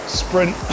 sprint